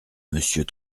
monsieur